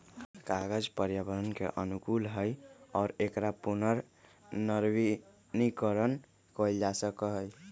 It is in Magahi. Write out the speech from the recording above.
कागज पर्यावरण के अनुकूल हई और एकरा पुनर्नवीनीकरण कइल जा सका हई